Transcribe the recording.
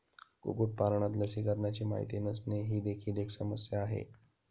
कुक्कुटपालनात लसीकरणाची माहिती नसणे ही देखील एक समस्या आहे